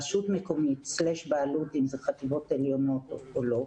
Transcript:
רשות מקומית/בעלות אם אלה חטיבות עליונות או לא,